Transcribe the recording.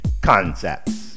concepts